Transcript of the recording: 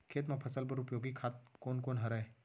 खेत म फसल बर उपयोगी खाद कोन कोन हरय?